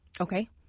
Okay